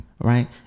right